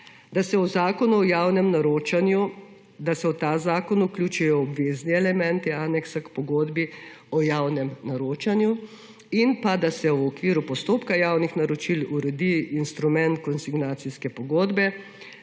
javnem naročanju vključijo obvezni elementi aneksa k pogodbi o javnem naročanju in da se v okviru postopka javnih naročil uredi instrument konsignacijske pogodbe